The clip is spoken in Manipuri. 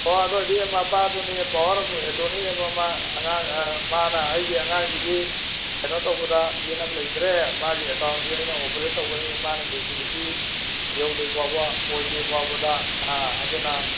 ꯍꯣ ꯑꯗꯨꯑꯣꯏꯗꯤ ꯃꯄꯥꯗꯨꯅꯤ ꯄꯥꯋꯥꯔ ꯑꯣꯐ ꯑꯦꯇ꯭ꯔꯣꯅꯤ ꯑꯃ ꯑꯉꯥꯡ ꯃꯥꯅ ꯑꯩꯒꯤ ꯑꯉꯥꯡꯁꯤꯒꯤ ꯀꯩꯅꯣ ꯇꯧꯕꯗ ꯌꯦꯠꯅꯕ ꯂꯩꯇ꯭ꯔꯦ ꯃꯥꯒꯤ ꯑꯦꯀꯥꯎꯟꯁꯤ ꯑꯩꯅ ꯑꯣꯄꯔꯦꯠ ꯇꯧꯒꯅꯤ ꯃꯥꯅ ꯃꯦꯆꯨꯔꯤꯇꯤ ꯌꯧꯗ꯭ꯔꯤ ꯐꯥꯎꯕ ꯑꯣꯏꯗ꯭ꯔꯤ ꯐꯥꯎꯕꯗ ꯑꯥ ꯑꯗꯨꯅ